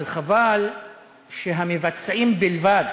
אבל חבל שהמבצעים בלבד